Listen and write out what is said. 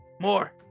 more